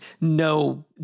no